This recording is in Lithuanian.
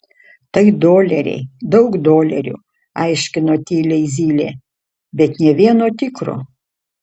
tai doleriai daug dolerių aiškino tyliai zylė bet nė vieno tikro